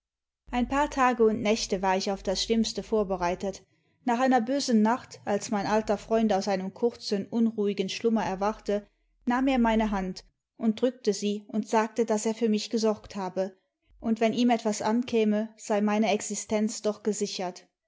ein paar tage und nächte war ich auf das schlimmste vorbereitet nach einer bösen nacht als mein alter freund aus einem kurzen unruhigen schlummer erwachte nahm er meine hand und drückte sie imd sagte daß er für mich gesorgt habe imd wenn ihm etwas ankäme sei meine existenz doch gesichert